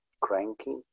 cranky